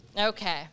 Okay